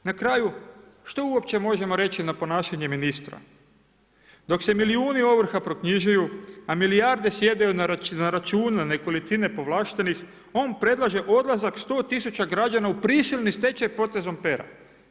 Na kraju, što uopće možemo reći na ponašanje ministra, dok se milijuni ovrha proknjižuju, a milijarde sjedaju na račune nekolicine povlašteni, on predlaže odlazak 100.000 građana u prisilni stečaj potezom pera.